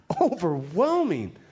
overwhelming